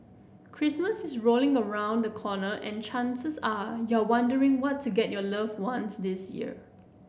Christmas is rolling around the corner and chances are you're wondering what to get your loved ones this year